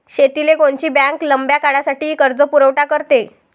शेतीले कोनची बँक लंब्या काळासाठी कर्जपुरवठा करते?